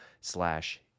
slash